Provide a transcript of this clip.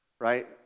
right